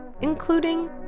including